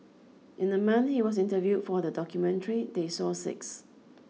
in the month he was interviewed for the documentary they saw six